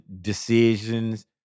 decisions